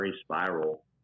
spiral